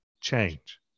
change